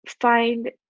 find